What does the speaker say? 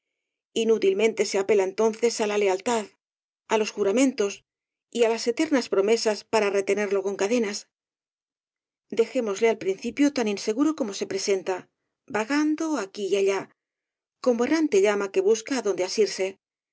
inútilmente se apela entonces á la lealtad á los juramentos y á las eternas promesas para retenerlo con cadenas dejémosle al principio tan inseguro como se presenta vagando aquí y allá como errante llama que busca adonde asirse